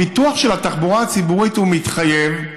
הפיתוח של התחבורה הציבורית הוא מתחייב,